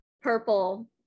purple